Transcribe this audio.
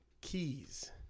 keys